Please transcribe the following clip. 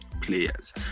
players